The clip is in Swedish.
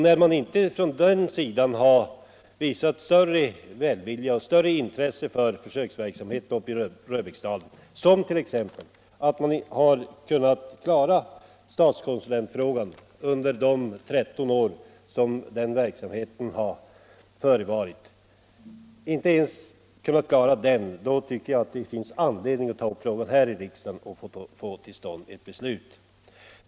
När man från den sidan inte har visat större välvilja och större förståelse för försöksverksamheten i Röbäcksdalen och inte ens kunnat klara statskonsulentfrågan under de 13 år som verksamheten bedrivits, tycker jag att det finns all anledning att ta upp frågan i riksdagen för att få till stånd ett beslut.